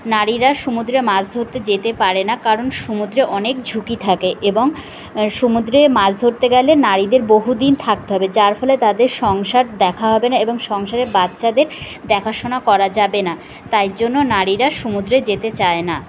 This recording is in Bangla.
নারীরা সমুদ্রে মাছ ধরতে যেতে পারে না কারণ সমুদ্রে অনেক ঝুঁকি থাকে এবং সমুদ্রে মাছ ধরতে গেলে নারীদের বহুদিন থাকতে হবে যার ফলে তাদের সংসার দেখা হবে না এবং সংসারে বাচ্চাদের দেখাশোনা করা যাবে না তাই জন্য নারীরা সমুদ্রে যেতে চায় না